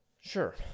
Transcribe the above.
Sure